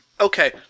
Okay